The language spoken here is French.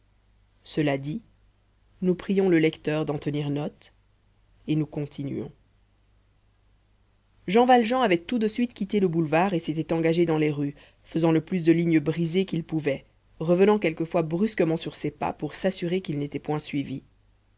cela dit nous prions le lecteur d'en tenir note et nous continuons jean valjean avait tout de suite quitté le boulevard et s'était engagé dans les rues faisant le plus de lignes brisées qu'il pouvait revenant quelquefois brusquement sur ses pas pour s'assurer qu'il n'était point suivi